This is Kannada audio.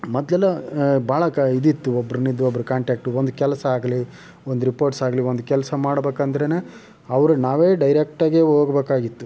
ಮೊದಲೆಲ್ಲ ಭಾಳ ಕ ಇದಿತ್ತು ಒಬ್ರಿಂದ ಒಬ್ಬರ ಕಾಂಟ್ಯಾಕ್ಟು ಒಂದು ಕೆಲಸ ಆಗಲಿ ಒಂದು ರಿಪೋರ್ಟ್ಸಾಗ್ಲಿ ಒಂದು ಕೆಲಸ ಮಾಡ್ಬೇಕಂದ್ರೇ ಅವ್ರಿಗೆ ನಾವೇ ಡೈರೆಕ್ಟಾಗಿ ಹೋಗ್ಬೇಕಾಗಿತ್ತು